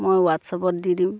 মই হোৱাটছআপত দি দিম